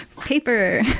Paper